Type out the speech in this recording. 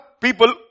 people